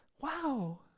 Wow